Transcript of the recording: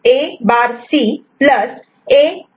B logic equation मिळत आहे